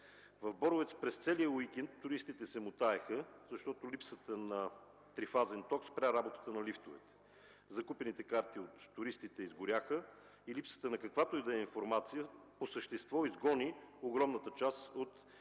В Боровец през целия уикенд туристите се мотаеха, защото липсата на трифазен ток спря работата на лифтовете, закупените карти от туристите изгоряха и липсата на каквато и да е информация по същество изгони огромната част от